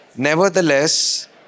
Nevertheless